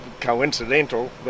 coincidental